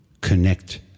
Connect